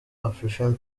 afrifame